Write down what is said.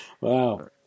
Wow